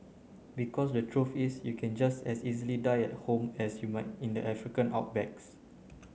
because the truth is you can just as easily die at home as you might in the African